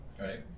Right